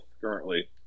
currently